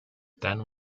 then